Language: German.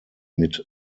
mit